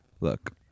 look